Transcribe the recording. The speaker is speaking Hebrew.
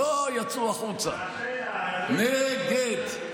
לא יצאו החוצה, נגד.